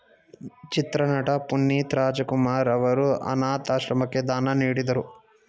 ಚಿತ್ರನಟ ಪುನೀತ್ ರಾಜಕುಮಾರ್ ಅವರು ಅನಾಥಾಶ್ರಮಕ್ಕೆ ದಾನ ನೀಡಿದರು